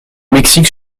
mexique